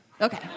Okay